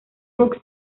books